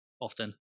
often